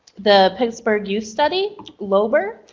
the pittsburgh youth study loeber,